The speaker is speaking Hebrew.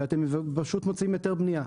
ואתם פשוט מוציאים היתר בנייה.